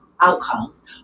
outcomes